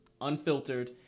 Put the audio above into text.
Unfiltered